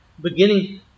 beginning